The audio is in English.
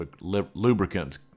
lubricants